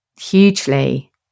hugely